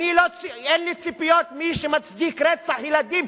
אין לי ציפיות ממי שמצדיק רצח ילדים.